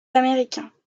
américains